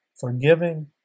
forgiving